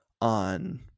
on